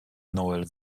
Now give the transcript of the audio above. noel